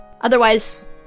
otherwise